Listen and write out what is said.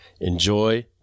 enjoy